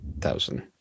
thousand